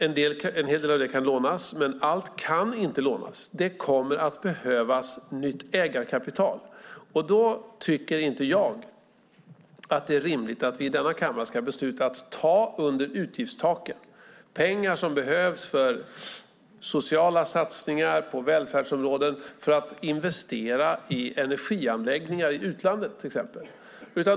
En hel del av det kan lånas, men inte allt. Det kommer att behövas nytt ägarkapital, och då tycker inte jag att det är rimligt att vi i denna kammare ska besluta att ta pengar under utgiftstaket som behövs för sociala satsningar på välfärdsområden för att till exempel investera i energianläggningar i utlandet.